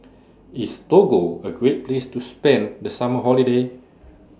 IS Togo A Great Place to spend The Summer Holiday